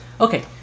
Okay